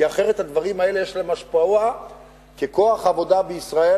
כי אחרת הדברים האלה יש להם השפעה ככוח עבודה בישראל,